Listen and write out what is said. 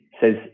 says